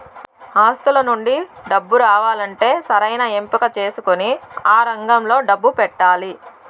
ఆస్తుల నుండి డబ్బు రావాలంటే సరైన ఎంపిక చేసుకొని ఆ రంగంలో డబ్బు పెట్టాలి